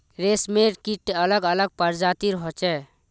रेशमेर कीट अलग अलग प्रजातिर होचे